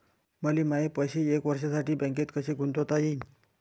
मले माये पैसे एक वर्षासाठी बँकेत कसे गुंतवता येईन?